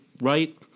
right